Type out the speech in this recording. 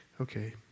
Okay